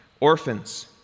orphans